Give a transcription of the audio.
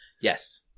Yes